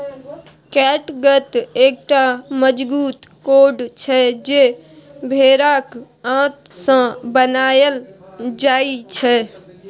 कैटगत एकटा मजगूत कोर्ड छै जे भेराक आंत सँ बनाएल जाइ छै